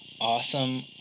awesome